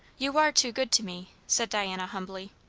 you are too good to me, said diana humbly.